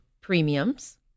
premiums